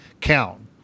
count